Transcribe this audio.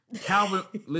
Calvin